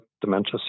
dementia